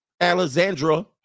Alexandra